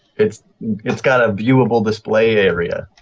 it's it's got a viewable display area.